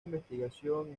investigación